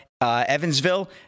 Evansville